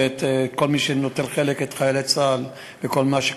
את חיילי צה"ל ואת כל מי שנוטל חלק בכל מה שקורה.